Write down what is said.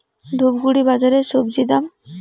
ধূপগুড়ি বাজারের স্বজি দাম?